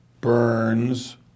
Burns